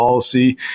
policy